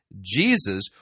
Jesus